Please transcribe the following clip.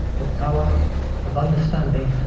the power of understanding